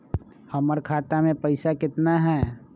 हमर खाता मे पैसा केतना है?